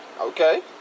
Okay